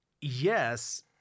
yes